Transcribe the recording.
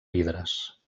vidres